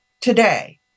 today